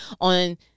on